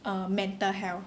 uh mental health